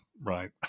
Right